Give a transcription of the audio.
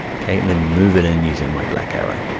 okay? then move it in using my black arrow,